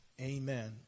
Amen